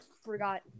forgot